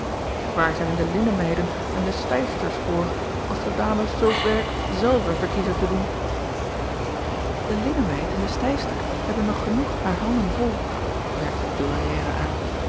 aar zijn de linnenmeiden en de stijfsters voor als de ames zulk werk zelve verkiezen te doen e linnenmeid en de stijfster hebben nog genoeg haar handen vol merkte de ouairière aan